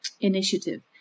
initiative